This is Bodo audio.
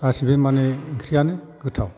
गासिबो माने ओंख्रियानो गोथाव